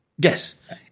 Yes